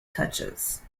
touches